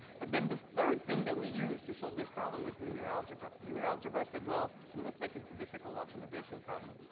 but then the third thing that we use to solve this problem was linear algebra. linear algebra said, well, it looks like it's a difficult optimization problem.